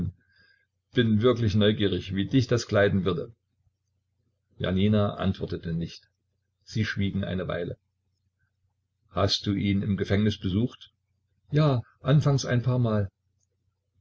bin wirklich neugierig wie dich das kleiden würde janina antwortete nicht sie schwiegen eine weile hast du ihn im gefängnis besucht ja anfangs ein paar mal